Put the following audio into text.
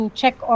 check